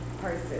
person